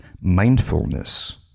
mindfulness